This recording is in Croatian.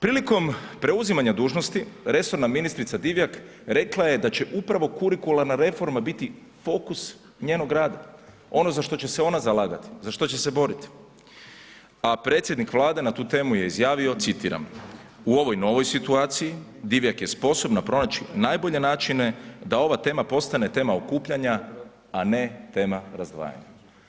Prilikom preuzimanja dužnosti, resorna ministrica Divjak rekla je da će upravo kurikularna reforma biti fokus njenog rada, ono za što će se ona zalagati, za što će se boriti, a predsjednik Vlade je na tu temu je izjavio, citiram, u ovoj novoj situaciji, Divjak je sposobna pronaći najbolje načine da ova tema postane tema okupljanja, a ne tema razdvajanja.